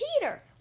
Peter